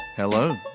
Hello